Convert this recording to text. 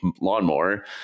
lawnmower